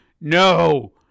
no